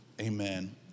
amen